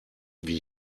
wie